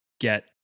get